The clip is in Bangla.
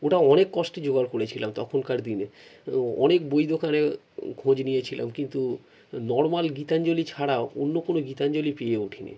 ওটা অনেক কষ্টে জোগাড় করেছিলাম তখনকার দিনে অনেক বই দোকানে খোঁজ নিয়েছিলাম কিন্তু নর্ম্যাল গীতাঞ্জলি ছাড়া অন্য কোনও গীতাঞ্জলি পেয়ে উঠিনি